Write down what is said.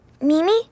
Mimi